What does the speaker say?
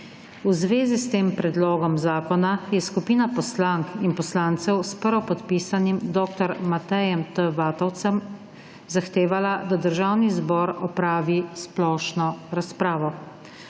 V zvezi s tem predlogom zakona je skupina poslank in poslancev s prvopodpisanim Danijelom Krivcem zahtevala, da Državni zbor opravi splošno razpravo.